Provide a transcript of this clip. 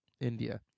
India